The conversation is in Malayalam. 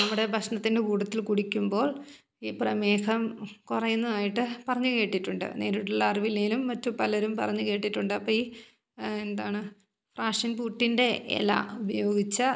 നമ്മുടെ ഭക്ഷണത്തിൻ്റെ കൂട്ടത്തിൽ കുടിക്കുമ്പോൾ ഈ പ്രമേഹം കുറയുന്നതായിട്ട് പറഞ്ഞു കേട്ടിട്ടുണ്ട് നേരിട്ടുള്ള അറിവില്ലെങ്കിലും മറ്റു പലരും പറഞ്ഞു കേട്ടിട്ടുണ്ട് അപ്പോൾ ഈ എന്താണ് ഫ്രാഷൻ ബൂട്ടിൻ്റെ ഇല ഉപയോഗിച്ച്